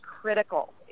critical